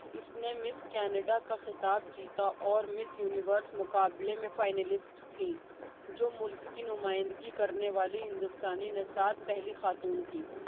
اس نے Miss Canada کا خطاب جیتا اور مس یونیورس مقابلے میں فائنلسٹ تھیں جو ملک کی نمائندگی کرنے والی ہندوستانی نژاد پہلی خاتون تھی